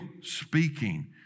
speaking